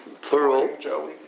plural